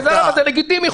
וזה לגיטימי,